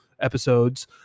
episodes